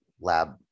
lab